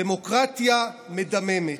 הדמוקרטיה מדממת.